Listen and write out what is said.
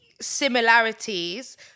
similarities